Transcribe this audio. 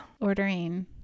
Ordering